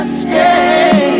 stay